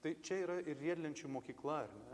tai čia yra ir riedlenčių mokykla ar ne